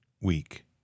week